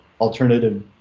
alternative